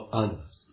others